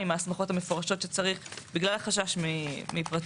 עם ההסמכות המפורשות שצריך בגלל החשש מפרטיות,